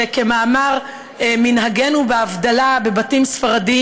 שכמאמר מנהגנו בהבדלה בבתים ספרדיים,